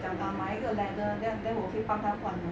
想 ah 买一个 ladder then then 我可以帮他换 mah